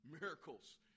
miracles